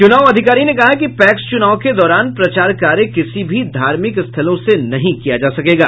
चुनाव अधिकारी ने कहा कि पैक्स चुनाव के दौरान प्रचार कार्य किसी भी धार्मिक स्थलों से नहीं किया जा सकेगा